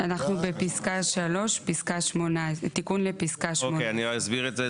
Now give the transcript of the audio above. אנחנו בפסקה 3 תיקון לפסקה 18. אוקיי אני אסביר את זה,